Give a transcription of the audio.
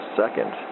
second